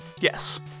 Yes